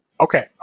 Okay